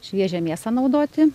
šviežią mėsą naudoti